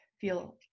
feel